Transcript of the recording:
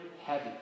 heavy